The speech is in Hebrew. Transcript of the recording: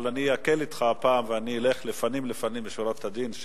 אבל אני אקל אתך הפעם ואני אלך לפנים-לפנים משורת הדין.